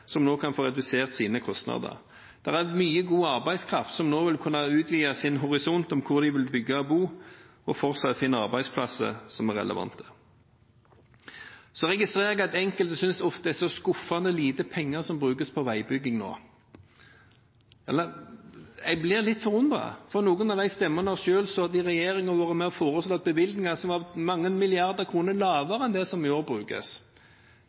som nå kan få redusert sine kostnader. Det er mye god arbeidskraft som nå vil kunne utvide sin horisont om hvor de vil bygge og bo, og fortsatt finne arbeidsplasser som er relevante. Så registrerer jeg at enkelte synes det ofte er så skuffende lite penger som brukes på veibygging nå. Jeg blir litt forundret, for noen av de stemmene har selv sittet i regjering og vært med og foreslått bevilgninger som var mange milliarder kroner lavere enn det som i år brukes,